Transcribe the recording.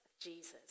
Jesus